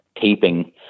taping